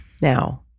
Now